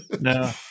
No